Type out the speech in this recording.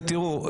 ותראו,